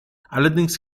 allerdings